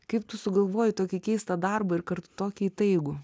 kaip tu sugalvojai tokį keistą darbą ir kartu tokį įtaigų